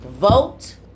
Vote